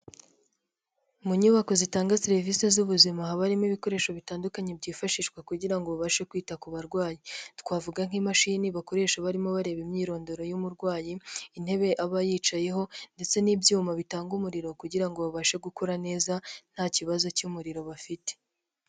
Mu nyubako zitanga serivisi z'ubuzima habamo ibikoresho bitandukanye byifashishwa kugira babashe kwita ku barwayi, twavuga nk'imashini bakoresha barimo bareba imyirondoro y'umurwayi, intebe aba yicayeho, ndetse n'ibyuma bitanga umuriro kugira ngo babashe gukora neza nta kibazo cy'umuriro bafite.